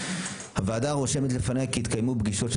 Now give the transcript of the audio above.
הוועדה רושמת לפניה כי התקיימו פגישות של